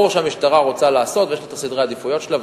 ברור שהמשטרה רוצה לעשות ויש לה סדרי העדיפויות שלה,